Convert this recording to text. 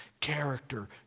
character